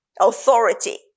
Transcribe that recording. authority